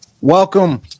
welcome